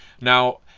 Now